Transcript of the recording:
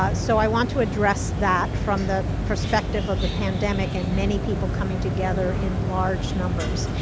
ah so i want to address that from the perspective of the pandemic and many people coming together in large numbers.